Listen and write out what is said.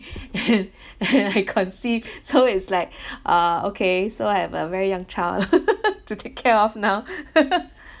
I I conceived so is like ah okay so I have a very young child to take care of now